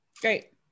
great